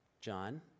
John